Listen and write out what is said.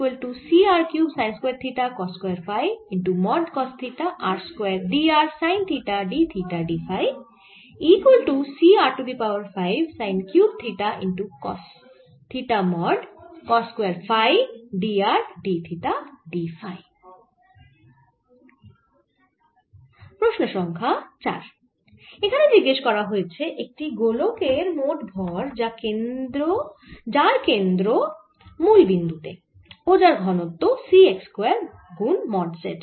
প্রশ্ন সংখ্যা 4 এখানে জিজ্ঞেশ করা হয়েছে একটি গোলক এর মোট ভর যার কেন্দ্র মুল বিন্দু তে ও যার ঘনত্ব C x স্কয়ার গুন মড z